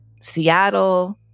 Seattle